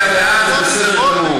להצביע בעד, זה בסדר גמור.